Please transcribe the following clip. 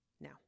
Now